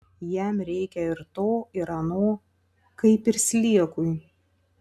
jam reikia ir to ir ano kaip ir sliekui